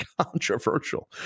controversial